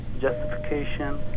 justification